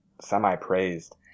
Semi-Praised